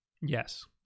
yes